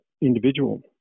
individual